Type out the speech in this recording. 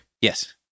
Yes